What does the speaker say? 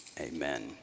amen